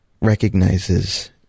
recognizes